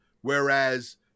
Whereas